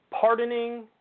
Pardoning